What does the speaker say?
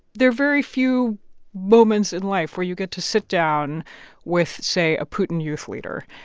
there are very few moments in life where you get to sit down with, say, a putin youth leader.